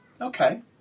Okay